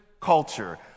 culture